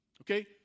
okay